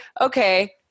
okay